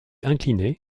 incliné